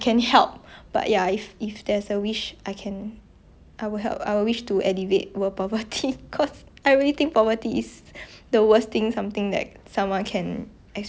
I really think poverty is the worst thing something that someone can experience you know yeah how about you have you thought about your third wish ah